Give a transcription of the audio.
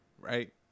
right